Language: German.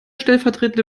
stellvertretende